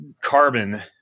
carbon